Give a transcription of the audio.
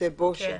בתי בושת,